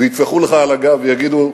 ויטפחו לך על הגב, ויגידו,